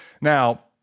Now